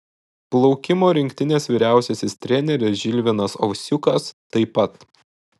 plaukimo rinktinės vyriausiasis treneris žilvinas ovsiukas taip pat